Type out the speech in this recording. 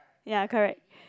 ya correct